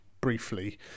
briefly